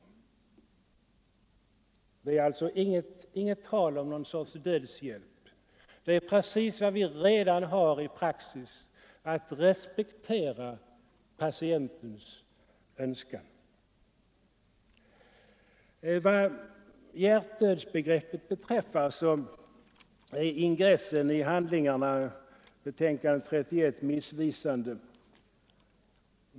Det är alltså inget tal om någon sorts dödshjälp, utan det handlar om vad vi redan har i praxis, nämligen att respektera patientens önskan. Vad hjärtdödsbegreppet beträffar är ingressen i socialutskottets betänkande nr 31 missvisande.